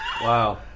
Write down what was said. Wow